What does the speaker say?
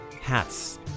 hats